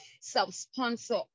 Self-sponsor